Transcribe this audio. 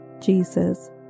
Jesus